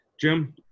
Jim